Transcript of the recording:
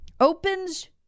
Opens